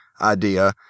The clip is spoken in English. idea